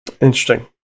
Interesting